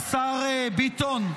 השר ביטון,